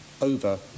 over